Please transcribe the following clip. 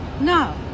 No